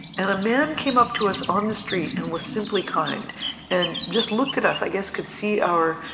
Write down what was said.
and a man came up to us on the street and was simply kind and just looked at us i guess could see our